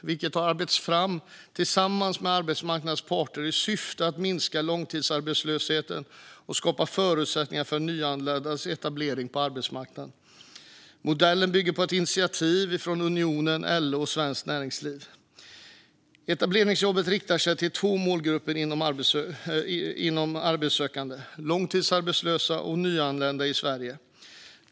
Den har arbetats fram tillsammans med arbetsmarknadens parter i syfte att minska långtidsarbetslösheten och skapa förutsättningar för nyanländas etablering på arbetsmarknaden. Modellen bygger på ett initiativ från Unionen, LO och Svenskt Näringsliv. Etableringsjobben riktar sig till två målgrupper bland de arbetssökande: långtidsarbetslösa och nyanlända i Sverige.